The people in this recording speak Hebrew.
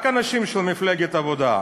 רק אנשים של מפלגת העבודה.